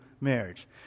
marriage